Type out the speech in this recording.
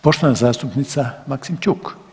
Poštovana zastupnica Maksimčuk.